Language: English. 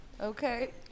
okay